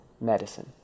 medicine